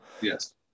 Yes